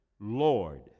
Lord